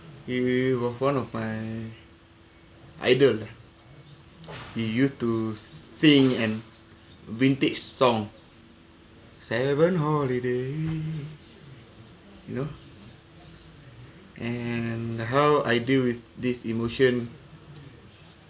he was one of my idol he used to sing an vintage song seven holiday you know and and how I deal with this emotion